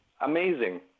amazing